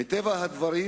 מטבע הדברים,